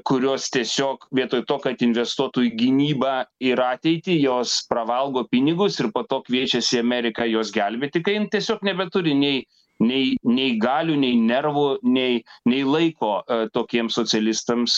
kurios tiesiog vietoj to kad investuotų į gynybą ir ateitį jos pravalgo pinigus ir po to kviečiasi ameriką jos gelbėti kai jin tiesiog nebeturi nei nei nei galių nei nervų nei nei laiko tokiem socialistams